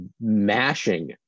mashing